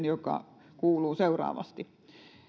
joka kuuluu seuraavasti